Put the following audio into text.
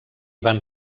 van